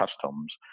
customs